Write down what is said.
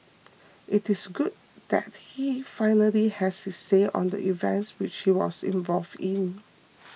it is good that he finally has his say on the events which he was involved in